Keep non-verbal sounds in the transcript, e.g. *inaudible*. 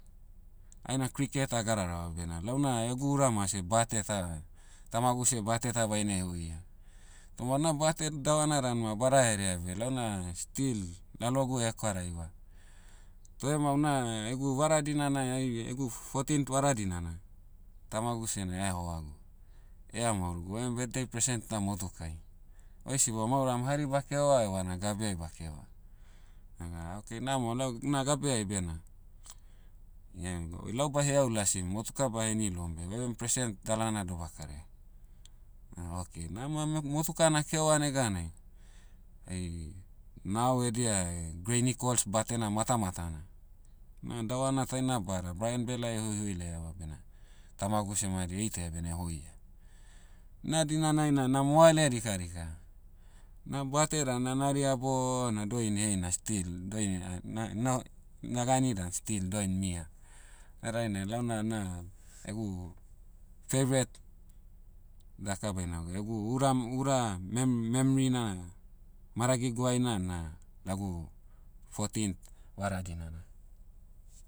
Aina cricket a'gadarava bena launa egu uramase bate ta, tamagu seh bate ta baine hoia. Toma na bate davana dan ma bada herea beh launa still lalogu *hesitation* hekwaraiva. Toh ema una egu vara dinana ai egu fourteeth vara dinana, tamagu seh na ea hoagu. Ea maorogu oiem birthday present ta motukai. Oi sibom ouram hari ba'kehoa evana gabeai ba'kehoa. Naga okay namo lau- na gabeai bena. Ia eme gau oi lau ba'heau lasim motuka ba'heni loum beh oiem present dalana do'bakaraia. *hesitation* okay nama mo- motuka na'kehoa neganai, ai, nao edia greinikols batena matamatana, na davana taina bada brian bell ai *hesitation* hoihoi laiava bena, tamagu seh madi eitaia bena *hesitation* hoia. Na dinanai na na'moale dikadika. Na bate dan na'naria bona doini heina still, doini- ah- na- naho- nagani dan still doin mia. Na dainai launa na, egu, favourite, daka baina gwa egu ura- ura- mem- memrina, maragiguaina na, lagu, fourteenth vara dinana.